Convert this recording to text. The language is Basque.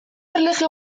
erlijio